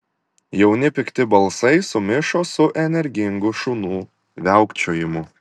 jauni pikti balsai sumišo su energingu šunų viaukčiojimu